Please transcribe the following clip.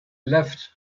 left